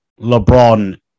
LeBron